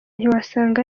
ntiwasanga